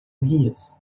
guias